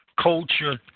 culture